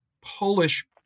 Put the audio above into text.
Polish